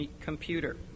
computer